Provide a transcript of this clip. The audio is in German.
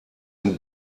dem